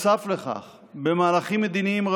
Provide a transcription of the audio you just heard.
נוסף לכך, במהלכים מדיניים רבים,